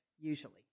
usually